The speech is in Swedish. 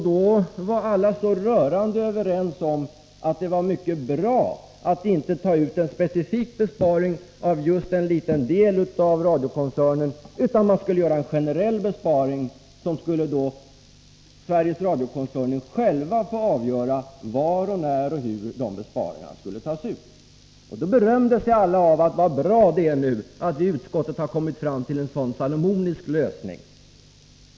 Då var alla så rörande överens om att det var mycket bra att inte ta ut en specifik besparing av just en liten del av radiokoncernen. Man skulle i stället göra en generell besparing, och Sveriges Radio-koncernen själv skulle få avgöra var, när och hur den besparingen skulle tas ut. Då berömde sig alla av detta. Vad bra det är, sade man, att vi nu i utskottet har kommit fram till en så salomonisk lösning.